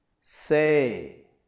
Say